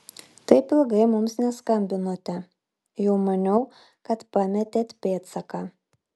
taip ilgai mums neskambinote jau maniau kad pametėt pėdsaką